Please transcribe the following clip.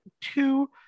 two